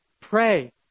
pray